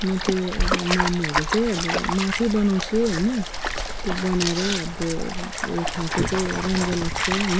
म त्यो अब मोमोहरू चाहिँ अब म आफै बनाउँछु होइन त्यो बनाएर अब ऊ यो खाएको चाहिँ राम्रो लाग्छ होइन